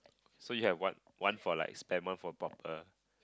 so you have one one for like spam one for proper